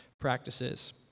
practices